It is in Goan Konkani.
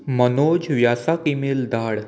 मनोज व्यासाक ईमेल धाड